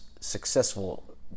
successful